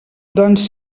doncs